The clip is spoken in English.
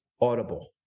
Audible